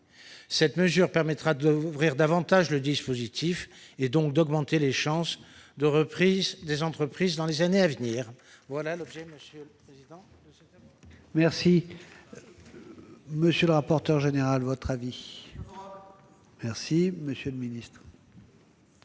Cette mesure permettra d'ouvrir davantage le dispositif, et donc, d'augmenter les chances de reprise des entreprises dans les années à venir.